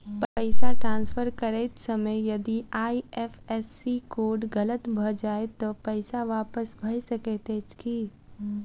पैसा ट्रान्सफर करैत समय यदि आई.एफ.एस.सी कोड गलत भऽ जाय तऽ पैसा वापस भऽ सकैत अछि की?